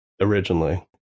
originally